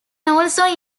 also